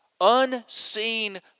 unseen